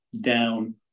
down